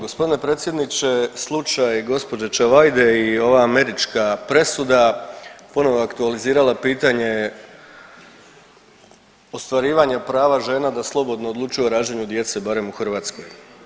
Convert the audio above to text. Gospodine predsjedniče slučaj gospođe Čavajde i ova američka presuda ponovo je aktualizirala pitanje ostvarivanja prava žena da slobodno odlučuju o rađanju djece barem u Hrvatskoj.